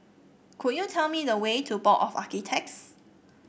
could you tell me the way to Board of Architects